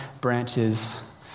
branches